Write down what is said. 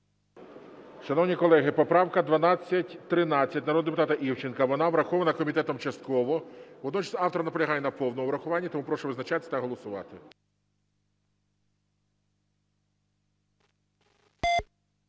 Шановні колеги, поправка 1213 народного депутата Івченка. Вона врахована комітетом частково, водночас автор наполягає на повному врахуванні. Тому прошу визначатися та голосувати.